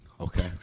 Okay